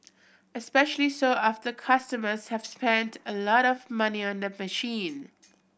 especially so after customers have spent a lot of money on the machine